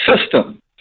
system